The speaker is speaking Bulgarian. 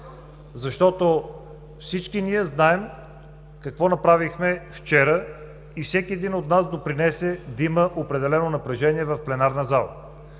защото всички ние знаем какво направихме вчера и всеки един от нас допринесе да има определено напрежение в пленарната зала.